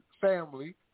family